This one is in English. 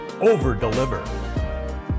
over-deliver